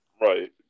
Right